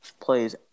plays